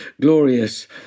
glorious